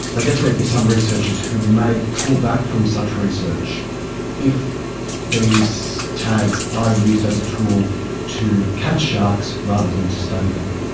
i guess there'd be some researchers who may pull back from such research if these tags are used as a tool to catch sharks rather than to study them.